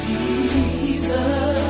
Jesus